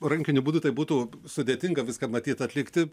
rankiniu būdu tai būtų sudėtinga viską matyt atlikti